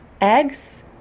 eggs